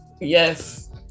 Yes